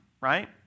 right